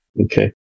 Okay